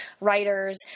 writers